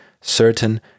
certain